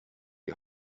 die